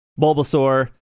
bulbasaur